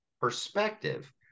perspective